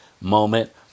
moment